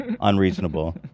unreasonable